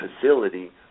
facility